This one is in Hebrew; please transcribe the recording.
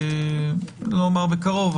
לא אומר בקרוב,